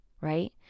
right